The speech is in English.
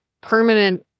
permanent